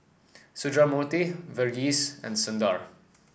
Sundramoorthy Verghese and Sundar